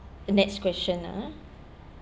the next question ah